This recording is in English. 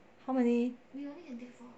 how many